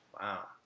Wow